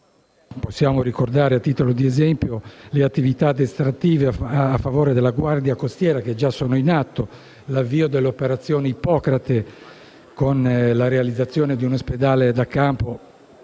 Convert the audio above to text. Possiamo ricordare a titolo di esempio le attività addestrative a favore della Guardia costiera, che già sono in atto; l'avvio dell'operazione Ippocrate, con la realizzazione di un ospedale da campo